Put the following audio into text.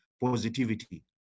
positivity